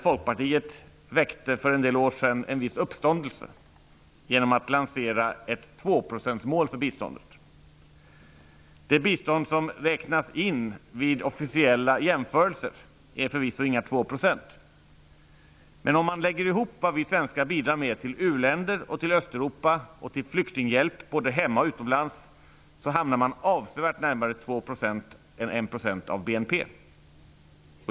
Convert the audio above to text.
Folkpartiet, väckte för en del år sedan en viss uppståndelse genom att lansera ett tvåprocentsmål för biståndet. Det bistånd som räknas in vid officiella jämförelser är förvisso inga 2 %. Men om man lägger ihop vad vi svenskar bidrar med till uländer, till Östeuropa och till flyktinghjälp både hemma och utomlands, hamnar man avsevärt närmare 2 % än 1 % av BNP.